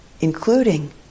including